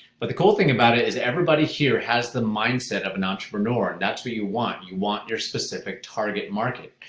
but the cool thing about it is everybody here has the mindset of an entrepreneur. that's what you want. you want your specific target market.